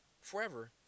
forever